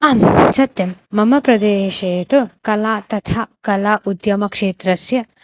आं सत्यं मम प्रदेशे तु कला तथा कला उद्यमक्षेत्रस्य